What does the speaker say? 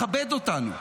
מכבד אותנו,